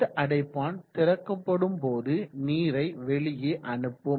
இந்த அடைப்பான் திறக்கப்படும் போது நீரை வெளியே அனுப்பும்